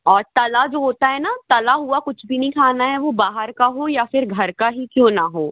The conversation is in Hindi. और तला जो होता है ना तला हुआ कुछ भी नहीं खाना है वो बाहर का हो या फिर घर का ही क्यों ना हो